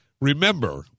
remember